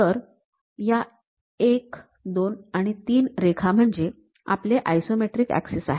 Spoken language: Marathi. तर या एक दोन आणि तीन रेखा म्हणजे आपले आयसोमेट्रिक ऍक्सिस आहेत